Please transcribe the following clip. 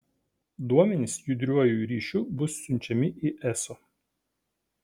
duomenys judriuoju ryšiu bus siunčiami į eso